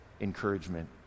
encouragement